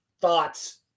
Thoughts